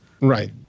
Right